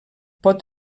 pot